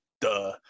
duh